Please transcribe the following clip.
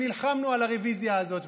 נלחמנו על הרוויזיה הזאת,